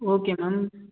okay ma'am